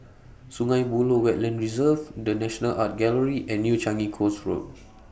Sungei Buloh Wetland Reserve The National Art Gallery and New Changi Coast Road